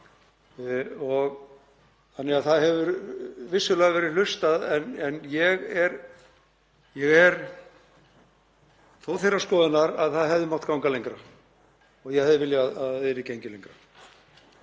Það hefur því vissulega verið hlustað en ég er þó þeirrar skoðunar að það hefði mátt ganga lengra og ég hefði viljað að yrði gengið lengra.